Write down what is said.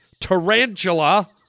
tarantula